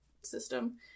system